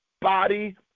body